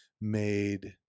made